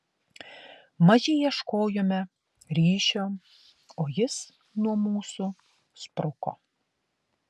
maži ieškojome ryšio o jis nuo mūsų spruko